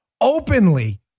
openly